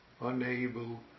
unable